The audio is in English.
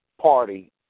party